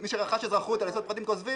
מי שרכש אזרחות על יסוד פרטים כוזבים,